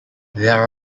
there